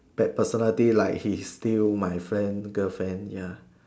bad personality like he steal my friend girlfriend ya